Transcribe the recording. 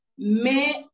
mais